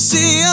See